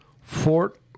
Fort